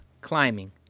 climbing